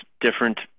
different